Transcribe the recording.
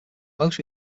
most